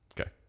Okay